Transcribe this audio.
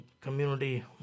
community